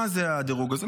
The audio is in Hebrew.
מה זה הדירוג הזה?